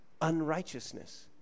unrighteousness